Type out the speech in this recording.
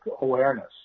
awareness